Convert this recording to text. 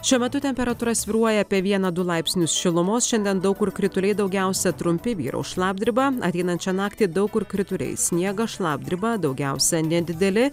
šiuo metu temperatūra svyruoja apie vieną du laipsnius šilumos šiandien daug kur krituliai daugiausia trumpi vyraus šlapdriba ateinančią naktį daug kur krituliai sniegas šlapdriba daugiausia nedideli